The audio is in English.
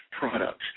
products